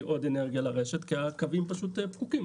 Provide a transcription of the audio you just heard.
עוד אנרגיה לרשת כי הקווים פשוט פקוקים.